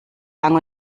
lang